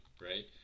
right